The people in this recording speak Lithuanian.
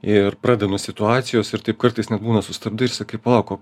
ir pradeda nuo situacijos ir taip kartais net būna sustabdai ir sakai palauk o